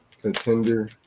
contender